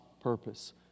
purpose